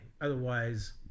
Otherwise